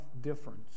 difference